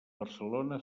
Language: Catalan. barcelona